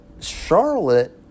Charlotte